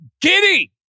giddy